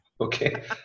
Okay